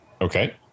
Okay